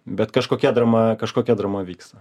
bet kažkokia drama kažkokia drama vyksta